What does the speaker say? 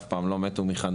אף פעם לא מתו מחנופה,